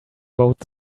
boat